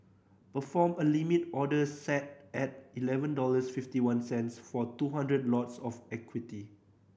perform a Limit order set at eleven dollars fifty one cents for two hundred lots of equity